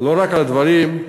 לא רק על הדברים של,